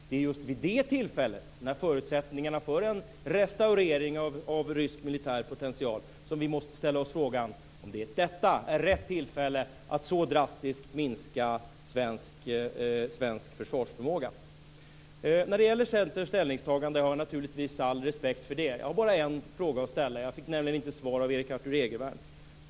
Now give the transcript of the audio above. Det är just då, när förutsättningarna finns för en restaurering av rysk militär potential, som vi måste ställa oss frågan om detta är rätt tillfälle att så drastiskt minska svensk försvarsförmåga. När det gäller Centerns ställningstagande har jag naturligtvis all respekt för det. Jag har bara en fråga att ställa. Jag fick nämligen inte svar av Erik Arthur Egervärn.